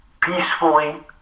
peacefully